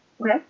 Okay